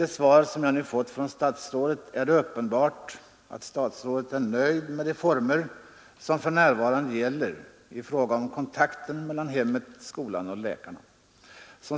Det svar som jag nu har fått visar dock att statsrådet uppenbarligen är nöjd med de regler som för närvarande gäller rörande kontakten mellan hemmet, skolan och läkaren.